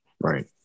right